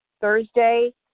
Thursday